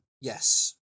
Yes